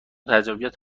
تجربیات